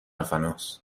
فناس